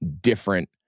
different